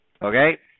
Okay